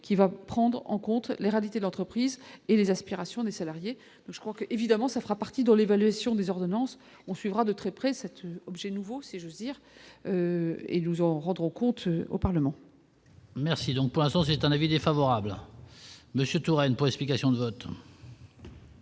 qui va prendre en compte les réalités d'entreprises et les aspirations des salariés, je crois que, évidemment, ça fera partie dans l'évaluation des ordonnances, on suivra de très près, cet objet nouveau c'est juste dire et nous en rendre compte au Parlement. Merci donc c'est un avis défavorable Monsieur Touraine pour explications de vote.